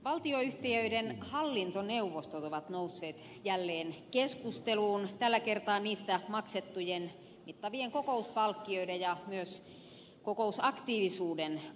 valtionyhtiöiden hallintoneuvostot ovat nousseet jälleen keskusteluun tällä kertaa niistä maksettujen mittavien kokouspalkkioiden ja myös kokousaktiivisuuden vuoksi